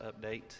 update